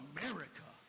America